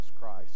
Christ